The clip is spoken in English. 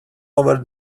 over